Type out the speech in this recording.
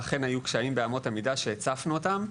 אכן היו קשיים באמות המידה שהצפנו אותם,